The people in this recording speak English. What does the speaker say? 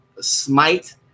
smite